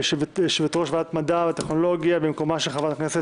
לבן ליושבת-ראש ועדת המדע והטכנולוגיה במקומה של חברת הכנסת